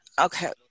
Okay